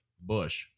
Bush